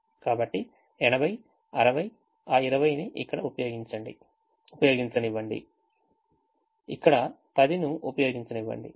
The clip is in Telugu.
కాబట్టి 80 60 ఆ 20 ని ఇక్కడ ఉపయోగించనివ్వండి ఇక్కడ 10ను ఉపయోగించనివ్వండి